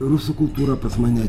rusų kultūra pas mane